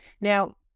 Now